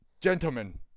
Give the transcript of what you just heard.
Gentlemen